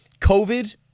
COVID